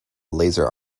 laser